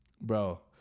Bro